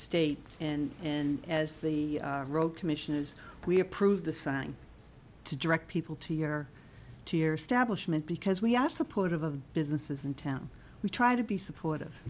state and and as the road commissioners we approved the sign to direct people to your two year stablish ment because we are supportive of businesses in town we try to be supportive